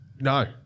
No